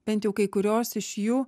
bent jau kai kurios iš jų